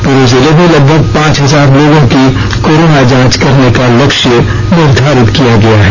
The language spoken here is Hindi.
पूरे जिले में लगभग पांच हजार लोगों की कोरोना जांच करने का लक्ष्य निर्धारित किया गया है